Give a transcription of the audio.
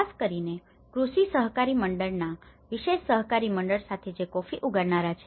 ખાસ કરીને કૃષિ સહકારી મંડળના વિશેષ સહકારી મંડળ સાથે જે કોફી ઉગાડનારા છે